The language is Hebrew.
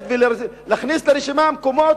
הרי מה שקורה, הממשלה